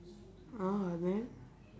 orh then